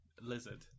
lizard